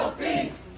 peace